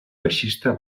baixista